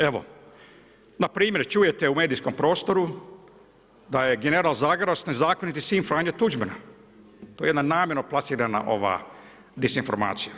Evo, npr. čujete u medijskom prostoru da je general Zagorac nezakoniti sin Franje Tuđmana, to je jedna namjerno plasirana dezinformacija.